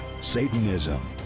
Satanism